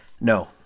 No